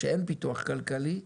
שאין פיתוח כלכלי.